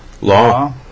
Law